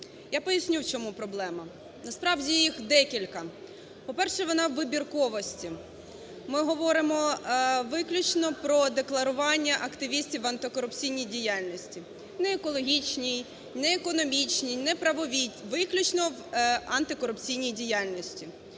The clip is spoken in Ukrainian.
Я поясню, в чому проблема. Насправді, їх декілька. По-перше, вона в вибірковості. Ми говоримо виключно про декларування активістів в антикорупційній діяльності. Ні екологічній, ні економічній, ні правовій – виключно в антикорупційній діяльності.